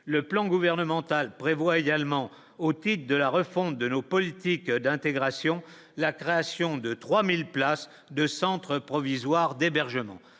le plan gouvernemental prévoit également de la refonte de nos politiques d'intégration, la création de 3000 places de centre provisoire des bergers